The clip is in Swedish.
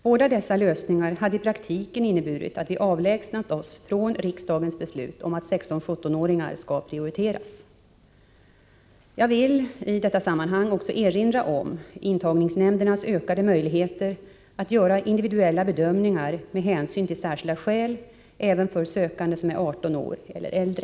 Båda dessa lösningar hade i praktiken inneburit att vi avlägsnat oss från riksdagens beslut att 16 och 17-åringar skall prioriteras. Jag vill i detta sammanhang också erinra om intagningsnämndernas ökade möjligheter att göra individuella bedömningar med hänsyn till särskilda skäl, även för sökande som är 18 år eller äldre.